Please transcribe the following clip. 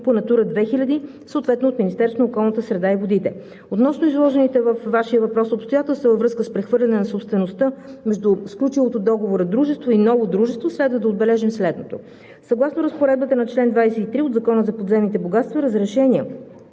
по Натура 2000, съответно от Министерството на околната среда и водите. Относно изложените във Вашия въпрос обстоятелства във връзка с прехвърляне на собствеността между сключилото договора дружество и ново дружество следва да отбележим следното: съгласно разпоредбата на чл. 23 от Закона за подземните богатства разрешения